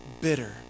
bitter